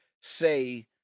say